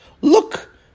Look